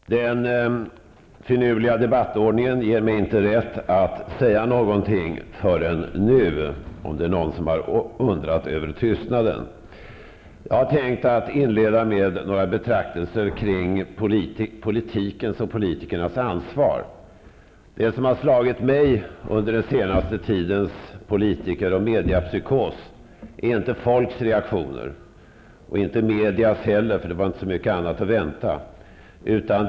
Fru talman! Den finurliga debattordningen ger mig inte rätt att säga någonting förrän nu, om det är någon som har undrat över tystnaden. Jag har tänkt att inleda med några betraktelser kring politiken och politikernas ansvar. Det som har slagit mig under den senaste tidens politiker och mediapsykos är inte folks reaktioner. Det är inte heller medias reaktioner, för så mycket annat var inte att vänta.